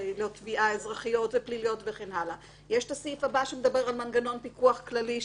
יש את הסעיף שמדבר על מנגנון פיקוח כללי.